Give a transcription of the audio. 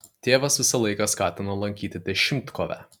tėvas visą laiką skatino lankyti dešimtkovę